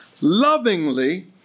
lovingly